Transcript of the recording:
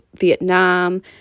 Vietnam